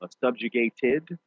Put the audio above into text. subjugated